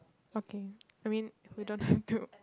okay I mean we don't have to